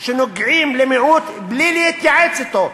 שנוגעים במיעוט בלי להתייעץ אתו,